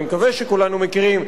אני מקווה שכולנו מכירים,